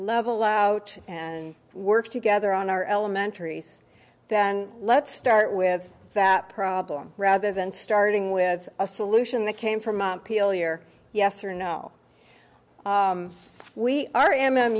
level out and work together on our elementary then let's start with that problem rather than starting with a solution that came from peel year yes or no we are m m